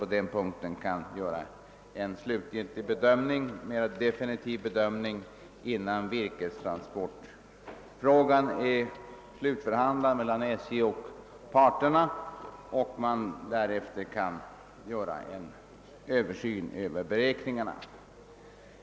På den punkten kan man självfallet inte göra någon definitiv bedömning innan frågan om virkestransporterna har färdigbehandlats mellan SJ och dess parter. Först när så skett kan man göra en ordentlig översyn av beräkningarna.